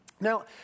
Now